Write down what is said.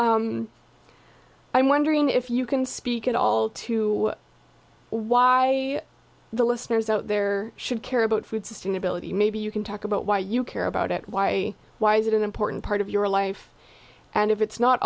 up i'm wondering if you can speak at all to why the listeners out there should care about food sustainability maybe you can talk about why you care about it why why is it an important part of your life and if it's not